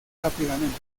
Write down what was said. rápidamente